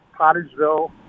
Pottersville